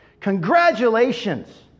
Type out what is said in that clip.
Congratulations